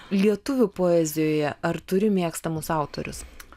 lietuvių poezijoje ar turi mėgstamus autorius